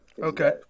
Okay